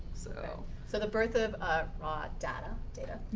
so. so the birth of raw data, day-ta.